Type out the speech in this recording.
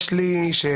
יש לי שאלה